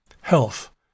health